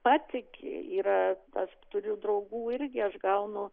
patiki yra aš turiu draugų irgi aš gaunu